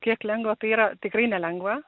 kiek lengva tai yra tikrai nelengva